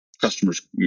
customers